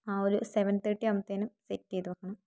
ആ ഒരു seven thirty ആവുമ്പോഴേക്കും സെറ്റ് ചെയ്ത് വയ്ക്കണം